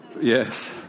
Yes